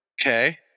Okay